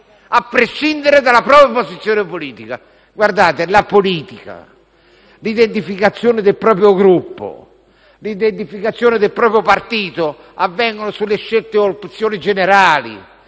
a prescindere dalla propria posizione politica. Badate che la politica, l'identificazione del proprio Gruppo e l'identificazione del proprio partito avvengono sulle scelte e sulle opzioni generali,